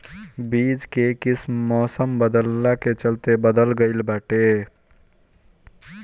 बीज कअ किस्म मौसम बदलला के चलते बदल गइल बाटे